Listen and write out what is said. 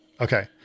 okay